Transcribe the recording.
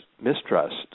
mistrust